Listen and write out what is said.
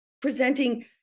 presenting